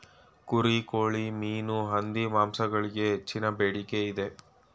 ಕುರಿ, ಕೋಳಿ, ಮೀನು, ಹಂದಿ ಮಾಂಸಗಳಿಗೆ ಹೆಚ್ಚಿನ ಬೇಡಿಕೆ ಇದೆ